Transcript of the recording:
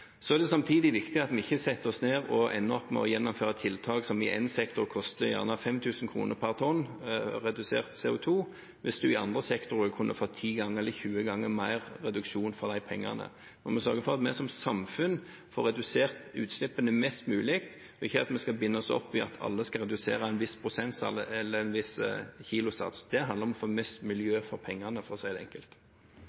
Så er det samtidig viktig at vi ikke setter oss ned og ender opp med å gjennomføre tiltak som i én sektor gjerne koster 5 000 kr per tonn redusert CO2, mens man i andre sektorer kunne fått ti eller tjue ganger mer reduksjon for de samme pengene. Vi sørger for at vi som samfunn får redusert utslippene mest mulig, og ikke at vi skal binde oss opp til at alle skal redusere en viss prosentsats eller en viss kilosats. Det handler om å få mest miljø for pengene, for å si det enkelt.